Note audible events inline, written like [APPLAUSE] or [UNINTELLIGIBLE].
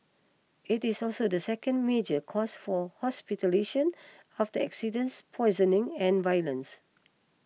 it is also the second major cause for [UNINTELLIGIBLE] after accidents poisoning and violence